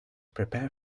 prepare